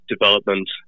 development